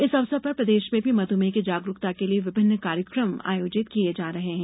इस अवसर प्रदेश में भी मधुमेह की जागरुकता के लिए विभिन्न कार्यक्रम आयोजित किए जा रहे है